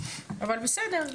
אבל בסדר,